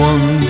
One